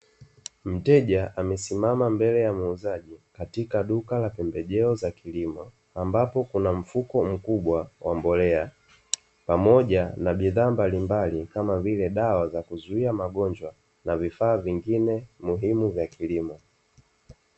Mteja amesimama mbele ya muuzaji katika duka la pembejeo za kilimo ambapo kuna mfuko mkubwa wa mbolea pamoja na bidhaa mbalimbali kama vile:dawa za kuzuia magonjwa na vifaa vingine muhimu vya kilimo.